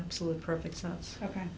absolute perfect sense ok